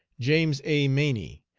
james a. maney,